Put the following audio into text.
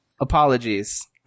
Apologies